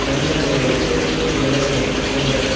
माने आंनो एसे बुर्जायानो नांगौमोन हान्द्रेद